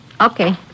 Okay